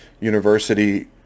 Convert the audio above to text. university